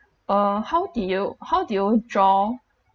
uh how do you how do you draw